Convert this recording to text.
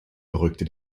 beruhigte